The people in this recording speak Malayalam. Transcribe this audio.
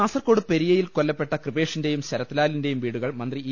കാസർകോട് പെരിയയിൽ കൊല്ലപ്പെട്ട കൃപേഷിന്റെയും ശര ത്ലാലിന്റെയും വീടുകൾ മന്ത്രി ഇ